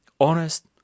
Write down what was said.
Honest